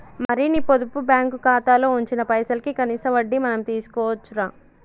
మరి నీ పొదుపు బ్యాంకు ఖాతాలో ఉంచిన పైసలకి కనీస వడ్డీ మనం తీసుకోవచ్చు రా